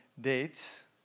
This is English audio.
dates